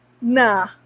Nah